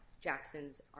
Jackson's